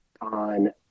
on